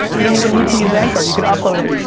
you don't even need to use anchor, you can upload it.